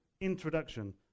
introduction